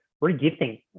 re-gifting